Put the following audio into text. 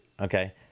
okay